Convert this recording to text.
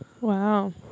Wow